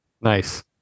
Nice